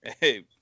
Hey